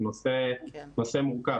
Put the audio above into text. זה נושא מורכב,